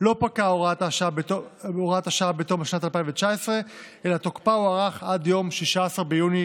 לא פקעה הוראת השעה בתום שנת 2019 אלא תוקפה הוארך עד יום 16 ביוני